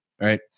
Right